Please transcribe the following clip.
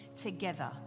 together